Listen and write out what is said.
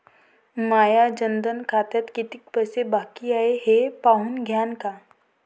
माया जनधन खात्यात कितीक पैसे बाकी हाय हे पाहून द्यान का?